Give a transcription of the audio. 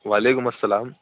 وعلیکم السلام